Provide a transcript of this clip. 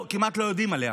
כמעט אף אחד לא יודע עליה.